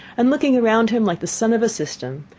and looking around him like the sun of a system,